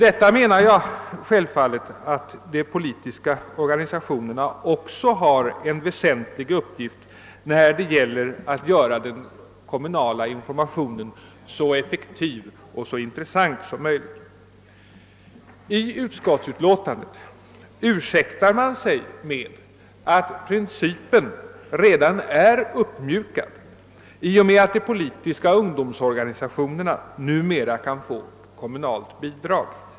Detta innebär självfallet att jag anser att de politiska organisationerna också har en väsentlig uppgift när det gäller att göra den kommunala informationen så effektiv och så intressant som möjligt. I utlåtandet ursäktar sig utskottsmajoriteten med att principen redan är uppmjukad i och med att de politiska ungdomsorganisationerna numera kan få kommunalt bidrag.